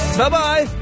Bye-bye